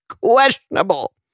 Questionable